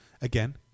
Again